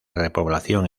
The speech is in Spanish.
repoblación